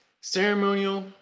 ceremonial